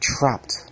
trapped